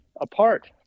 apart